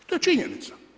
To je činjenica.